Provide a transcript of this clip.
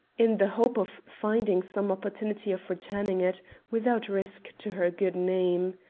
in the hope of finding some opportunity of returning it without risk to her good name.